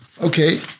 Okay